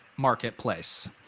marketplace